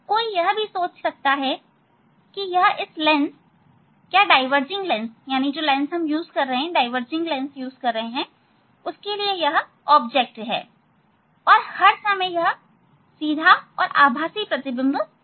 कोई यह भी सोच सकता है कि यह इस लेंस डायवर्जनिंग लेंस के लिए के लिए वस्तु है और यह डायवर्जनिंग लेंस हर समय सीधा और आभासी प्रतिबिंब बनाता है